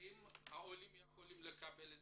האם העולים יכולים לקבל עזרה,